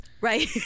Right